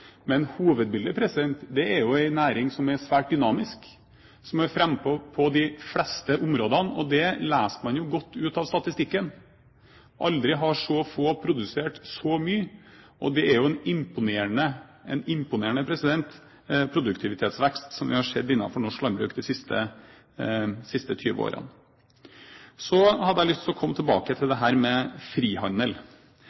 Men hovedbildet er jo en næring som er svært dynamisk, som er frampå på de fleste områdene, og det leser man godt ut av statistikken. Aldri har så få produsert så mye, og det er jo en imponerende produktivitetsvekst som vi har sett innenfor norsk landbruk de siste 20 årene. Så har jeg lyst til å komme tilbake til dette med frihandel. Man forsøker seg også på en fortelling som sier at det